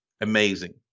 amazing